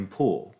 pool